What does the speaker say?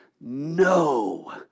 no